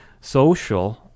social